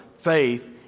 faith